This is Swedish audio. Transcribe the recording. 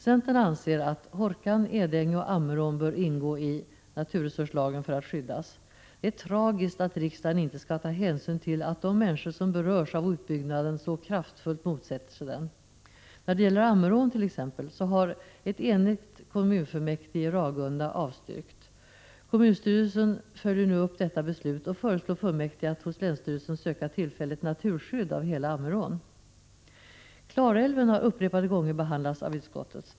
Centern anser att Hårkan, Edänge och Ammerån bör ingå i naturresurslagen för att skyddas. Det är tragiskt att riksdagen inte skall ta hänsyn till att de människor som berörs av utbyggnaden så kraftfullt motsätter sig den. När det gäller t.ex. Ammerån har ett enigt kommunfullmäktige i Ragunda kommun avstyrkt en utbyggnad. Kommunstyrelsen följer nu upp detta beslut och föreslår fullmäktige att hos länsstyrelsen söka tillfälligt naturskydd av hela Ammerån. Klarälven har upprepade gånger behandlats av utskottet.